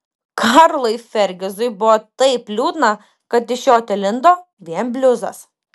karlui fergizui buvo taip liūdna kad iš jo telindo vien bliuzas